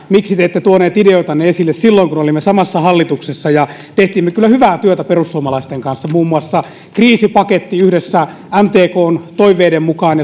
miksi te ette tuoneet ideoitanne esille silloin kun olimme samassa hallituksessa teimme me kyllä hyvää työtä perussuomalaisten kanssa muun muassa kriisipaketin yhdessä mtkn toiveiden mukaan